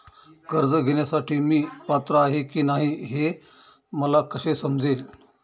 कर्ज घेण्यासाठी मी पात्र आहे की नाही हे मला कसे समजेल?